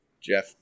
Jeff